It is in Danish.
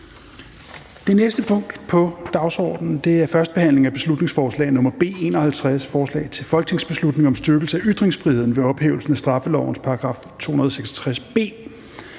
Det næste punkt på dagsordenen er: 27) 1. behandling af beslutningsforslag nr. B 51: Forslag til folketingsbeslutning om styrkelse af ytringsfriheden ved ophævelse af straffelovens § 266 b.